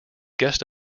guest